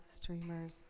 streamers